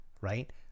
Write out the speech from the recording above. right